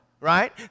right